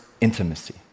intimacy